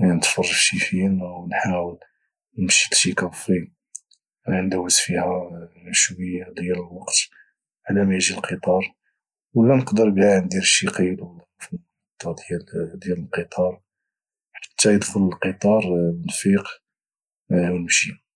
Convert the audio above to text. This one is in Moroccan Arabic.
نتفرج فشي فيلم او نحاول نمشي لشي كافي ندوز فيها شوية ديال الوقت على مايجي القطار ولى نقدر كاع ندير شي قيلولي في المحطة ديال القطار حتى يدخل القطار ونفيق نمشي